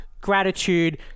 gratitude